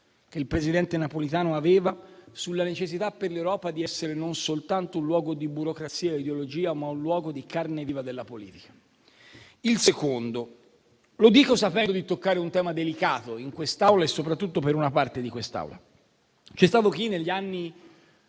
che il presidente Napolitano aveva sulla necessità per l'Europa di essere non soltanto un luogo di burocrazia e ideologia, ma un luogo di carne viva della politica. Il secondo lo dico sapendo di toccare un tema delicato in quest'Aula e soprattutto per una parte di quest'Assemblea: c'è stato chi, negli anni